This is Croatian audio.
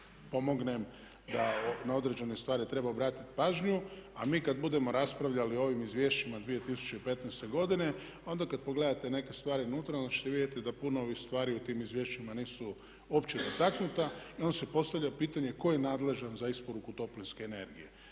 pomognem da na određene stvari treba obratiti pažnju. A mi kad budemo raspravljali o ovim izvješćima 2015. godine onda kad pogledate neke stvari unutra onda ćete vidjeti da puno ovih stvari u tim izvješćima nisu opće dotaknute. I onda se postavlja pitanje tko je nadležan za isporuku toplinske energije?